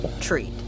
treat